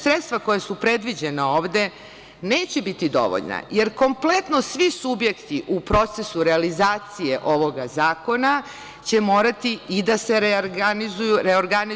Sredstva koja su predviđena ovde neće biti dovoljna jer kompletno svi subjekti u procesu realizacije ovog zakona će morati i da se reorganizuju.